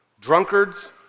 drunkards